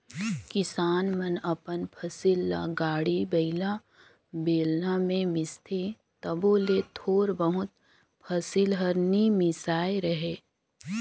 किसान मन अपन फसिल ल गाड़ी बइला, बेलना मे मिसथे तबो ले थोर बहुत फसिल हर नी मिसाए रहें